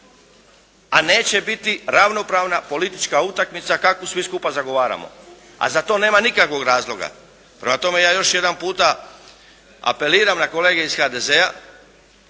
a neće biti ravnopravna politička utakmica kakvu svi skupa zagovaramo, a za to nema nikakvog razloga. Prema tome ja još jedanputa apeliram na kolege iz HDZ-a,